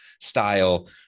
style